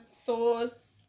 sauce